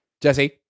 Jesse